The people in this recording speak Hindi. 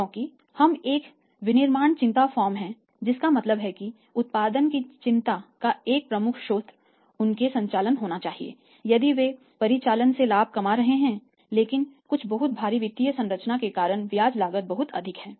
क्योंकि हम एक विनिर्माण चिंता फर्म हैं इसका मतलब है कि उत्पादन की चिंता का एक प्रमुख स्रोत उनके संचालन होना चाहिए यदि वे परिचालन से लाभ कमा रहे हैं लेकिन कुछ बहुत भारी वित्तीय संरचना के कारण ब्याज लागत बहुत अधिक है